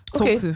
Okay